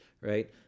right